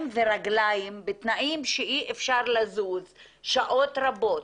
ורגליים בתנאים שאי אפשר לזוז שעות רבות?